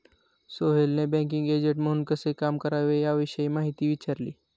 सोहेलने banking agent म्हणून कसे काम करावे याविषयी माहिती विचारली